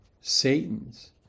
Satan's